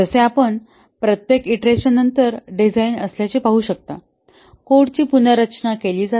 जसे आपण प्रत्येक ईंटरेशननंतर डिझाईन असल्याचे पाहू शकता कोडची पुनर्रचना केली जाते